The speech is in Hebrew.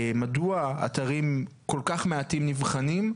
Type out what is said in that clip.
מדוע אתרים כל כך מעטים נבחנים,